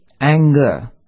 anger